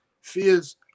fears